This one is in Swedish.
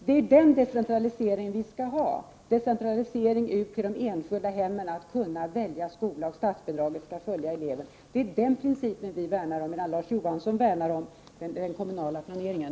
Det är den decentraliseringen vi skall ha, decentralisering ut till de enskilda hemmen, så att eleverna och föräldrarna kan välja skola, och statsbidraget skall följa eleverna. Det är den principen vi värnar om, medan Larz Johansson värnar om den kommunala planeringen.